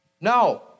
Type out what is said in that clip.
No